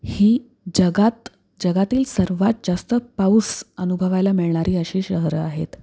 ही जगात जगातील सर्वात जास्त पाऊस अनुभवायला मिळणारी अशी शहरं आहेत